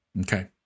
Okay